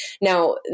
Now